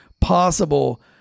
possible